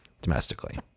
domestically